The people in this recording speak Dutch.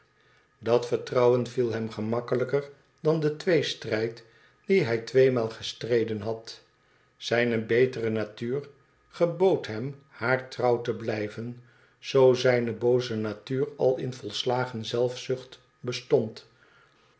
dat vertrouwen viel hem gemakkelijker dan de tweestrijd dien hij tweemaal gestreden had zijne betere natuur gebood hem haar trouw te blijven zoo zijne booze natuur al in volslagen zelfzucht bestond